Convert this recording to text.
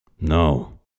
No